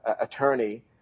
attorney